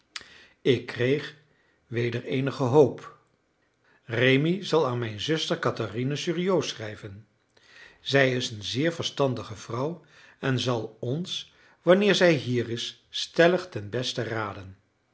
ik kreeg weder eenige hoop rémi zal aan mijn zuster katherina suriot schrijven zij is een zeer verstandige vrouw en zal ons wanneer zij hier is stellig ten beste raden